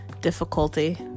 Difficulty